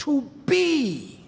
to be